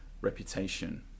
reputation